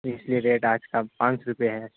اس لیے ریٹ آج کا پانچ سو روپے ہے